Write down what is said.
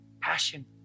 passion